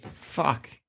Fuck